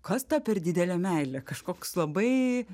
kas ta per didelė meilė kažkoks labai